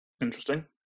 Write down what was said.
Interesting